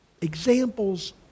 examples